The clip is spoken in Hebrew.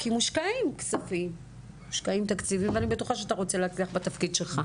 כי מושקעים תקציבים ואני בטוחה שאתה רוצה להצליח בתפקיד שלך.